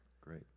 Great